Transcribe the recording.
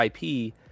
IP